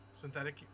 synthetic